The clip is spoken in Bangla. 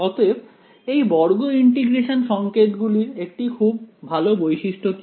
অতএব এই বর্গ ইন্টিগ্রেশন সংকেত গুলির একটি খুব ভাল বৈশিষ্ট্য কি